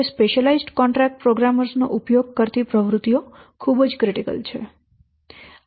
તે specialised contract પ્રોગ્રામરો નો ઉપયોગ કરતી પ્રવૃત્તિઓ ખૂબ જ ક્રિટિકલ છે